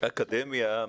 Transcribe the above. אקדמיה,